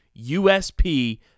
USP